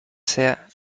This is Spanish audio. sea